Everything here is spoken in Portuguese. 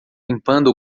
limpando